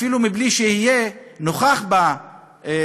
אפילו בלי שיהיה נוכח בדיון.